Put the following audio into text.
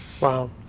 Wow